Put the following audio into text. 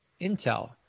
intel